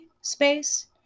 space